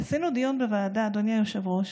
עשינו דיון בוועדה, אדוני היושב-ראש,